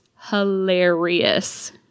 hilarious